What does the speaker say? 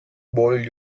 bold